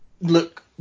look